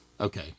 Okay